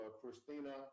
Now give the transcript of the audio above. Christina